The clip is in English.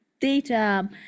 data